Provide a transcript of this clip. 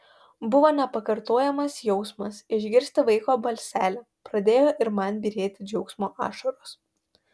buvo nepakartojamas jausmas išgirsti vaiko balselį pradėjo ir man byrėti džiaugsmo ašaros